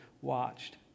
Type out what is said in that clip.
watched